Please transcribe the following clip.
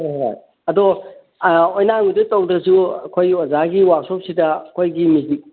ꯍꯣꯏ ꯍꯣꯏ ꯑꯗꯣ ꯑꯣꯏꯅꯥꯝꯒꯤꯗ ꯇꯧꯗ꯭ꯔꯥꯁꯨ ꯑꯩꯈꯣꯏꯒꯤ ꯑꯣꯖꯥꯒꯤ ꯋꯥꯛꯁꯣꯞꯁꯤꯗ ꯑꯩꯈꯣꯏꯒꯤ ꯃꯦꯖꯤꯛ